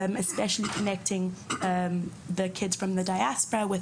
במיוחד להתחבר עם הילדים בבית הספר עם